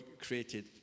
created